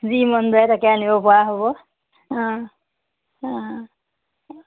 যি মন যায় তাকে আনিব পৰা হ'ব অ